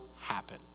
happen